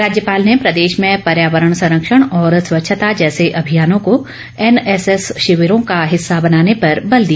राज्यपाल ने प्रदेश में पर्योवरण संरक्षण और स्वच्छता जैसे अभियानों को एनएस एस शिविरों का हिस्सा बनाने पर बल दिया